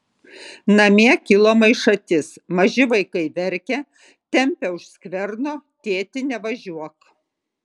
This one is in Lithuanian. namie kilo maišatis maži vaikai verkia tempia už skverno tėti nevažiuok